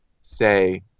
say